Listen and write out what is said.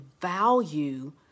value